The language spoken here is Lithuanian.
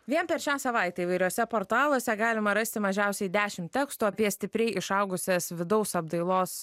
vien per šią savaitę įvairiuose portaluose galima rasti mažiausiai dešim tekstų apie stipriai išaugusias vidaus apdailos